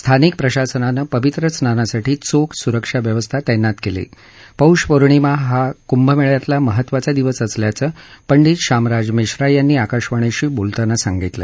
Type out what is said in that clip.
स्थानिक प्रशासनानं पवित्र स्नानासाठी चोख सुरक्षा व्यवस्था तैनात केली असून पौष पौर्णिमा हा कुंभमेळयातला महत्वाचा दिवस असल्याचं पंडित शामराज मिश्रा यांनी आकाशवाणीशी बोलताना सांगितलं